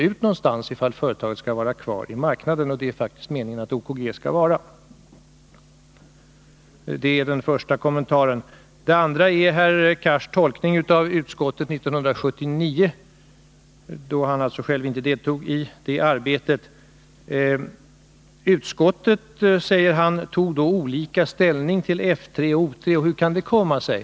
Detta är nödvändigt för att företaget skall få vara kvar på marknaden, och det är faktiskt meningen att OKG skall vara kvar. Det var den första kommentaren. Den andra kommentaren gäller herr Cars tolkning av utskottets skrivning 1979. Han deltog inte själv i det arbetet. Utskottet, säger han, tog då olika ställning när det gällde Forsmark 3 resp. Oskarshamn 3. Han frågar hur det kunde komma sig.